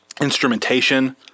instrumentation